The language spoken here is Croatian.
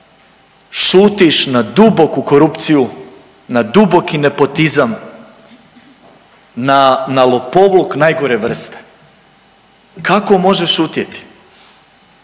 šutiš na duboku korupciju, na duboki nepotizam, na lopovluk najgore vrste, kako možeš šutjeti?